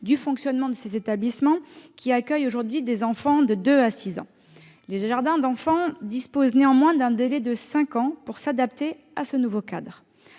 du fonctionnement de ces établissements, qui accueillent aujourd'hui des enfants de 2 à 6 ans. Les jardins d'enfants disposent néanmoins d'un délai de cinq ans pour s'adapter à ce nouveau cadre.